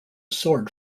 sword